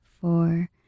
four